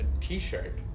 t-shirt